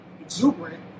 exuberant